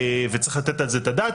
וצריך לתת על זה את הדעת.